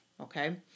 okay